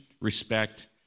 respect